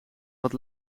wat